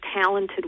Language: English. talented